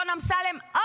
אדון אמסלם,